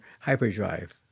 hyperdrive